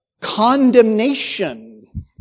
condemnation